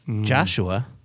Joshua